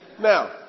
Now